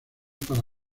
para